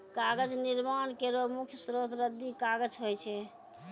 कागज निर्माण केरो मुख्य स्रोत रद्दी कागज होय छै